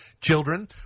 Children